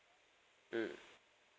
mm